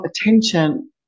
attention